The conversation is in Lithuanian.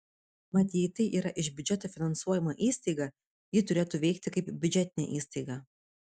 mat jei tai yra iš biudžeto finansuojama įstaiga ji turėtų veikti kaip biudžetinė įstaiga